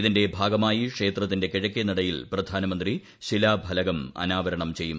ഇതിന്റെ ഭാഗമായി ക്ഷേത്രത്തിന്റെ കിഴക്കേനടയിൽ പ്രധാനമന്ത്രി ശിലാഫലകം അനാവരണം ചെയ്യും